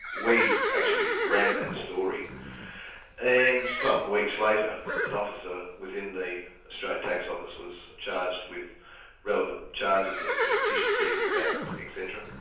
we actually ran that story and some weeks later an officer within the australian tax office was charged with relevant charges of the official secrets act etc.